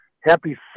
happy